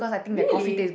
really